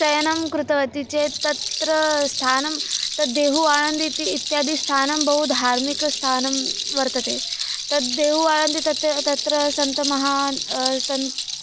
चयनं कृतवती चेत् तत्र स्थानं तद् देहुवाणन्दीति इत्यादिस्थानं बहुधार्मिकस्थानं वर्तते तद् देहुवाणन्दि तत् तत्र सन्तमहान्